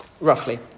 roughly